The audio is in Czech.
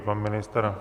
Pan ministr.